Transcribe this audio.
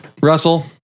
Russell